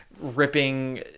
ripping